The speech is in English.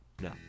No